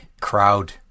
crowd